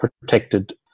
protected